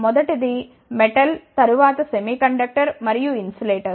మొదటిది మెటల్ తరువాత సెమీకండక్టర్ మరియు ఇన్సులేటర్స్